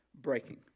breaking